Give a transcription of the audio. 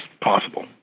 possible